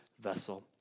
vessel